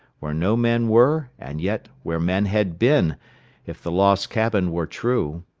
where no men were and yet where men had been if the lost cabin were true.